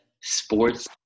sports